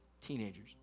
teenagers